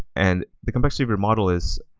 and the complexity of your model is,